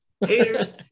haters